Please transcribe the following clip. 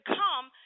come